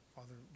Father